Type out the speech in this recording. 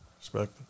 Respect